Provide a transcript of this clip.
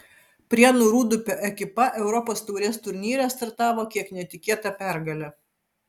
prienų rūdupio ekipa europos taurės turnyre startavo kiek netikėta pergale